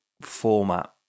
format